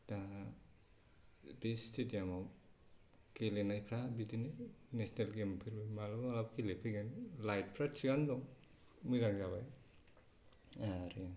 दा बे स्टेडियामाव गेलेनायफ्रा बिदिनो नेसनेल गेम फोर मालाबा मालाबा गेलेफैगोन लाइटफ्रा थिगानो दं मोजां जाबाय आरो